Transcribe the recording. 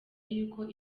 y’uko